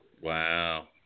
wow